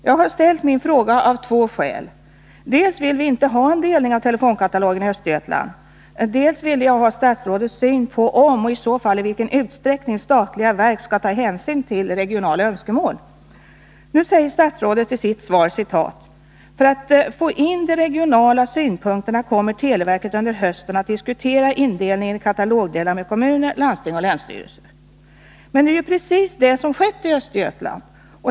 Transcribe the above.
Jag har ställt min fråga av två skäl: dels vill vi inte ha någon delning av telefonkatalogen i Östergötland, dels vill jag höra statsrådets syn på om — och i så fall i vilken utsträckning — statliga verk skall ta hänsyn till regionala önskemål. Nu säger statsrådet i sitt svar: ”För att få in de regionala synpunkterna kommer televerket under hösten att -—-— diskutera indelningen i olika katalogdelar med kommuner, landsting och länsstyrelser.” Men det är ju precis det som har skett i Östergötland.